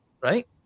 right